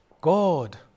God